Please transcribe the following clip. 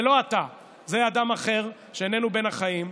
זה לא אתה, זה אדם אחר, שאיננו בין החיים.